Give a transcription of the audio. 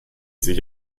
sich